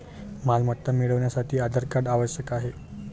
मालमत्ता मिळवण्यासाठी आधार कार्ड आवश्यक आहे